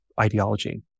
ideology